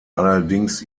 allerdings